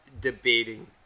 debating